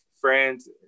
friends